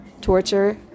Torture